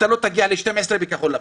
אתה לא תגיע ל-12 בכחול לבן.